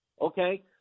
Okay